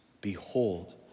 Behold